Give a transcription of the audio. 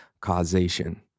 causation